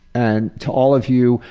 and to all of you,